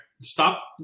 Stop